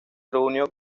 reunió